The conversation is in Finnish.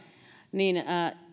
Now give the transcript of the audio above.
niin